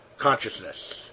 consciousness